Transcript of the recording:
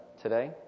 today